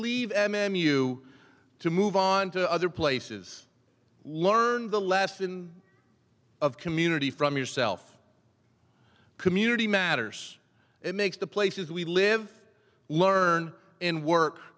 m you to move on to other places learn the lesson of community from yourself community matters it makes the places we live learn in work